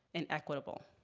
and equitable.